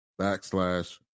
backslash